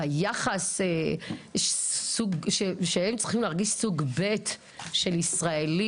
היחס הזה שהם צריכים להרגיש כמו סוג ב' של ישראלים.